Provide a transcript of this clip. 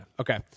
Okay